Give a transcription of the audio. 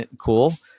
cool